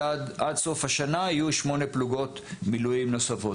ועד סוף השנה יהיו שמונה פלוגות מילואים נוספות.